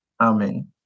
Amen